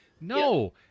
no